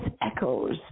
echoes